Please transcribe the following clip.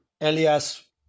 Elias